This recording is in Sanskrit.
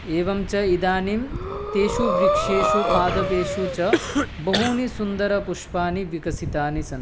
एवं च इदानिं तेषु वृक्षेषु पादपेषु च बहूनि सुन्दरपुष्पाणि विकसितानि सन्ति